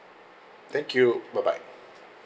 thank you bye bye